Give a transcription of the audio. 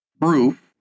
proof